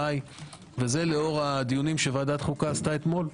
וזה לאור הדיונים שוועדת חוקה עשתה אתמול.